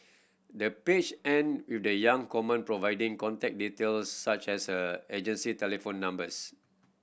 the page end with the young common providing contact details such as her agency telephone numbers